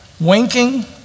winking